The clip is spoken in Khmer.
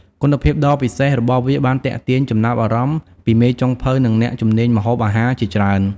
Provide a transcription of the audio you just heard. គុណភាពដ៏ពិសេសរបស់វាបានទាក់ទាញចំណាប់អារម្មណ៍ពីមេចុងភៅនិងអ្នកជំនាញម្ហូបអាហារជាច្រើន។